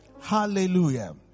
Hallelujah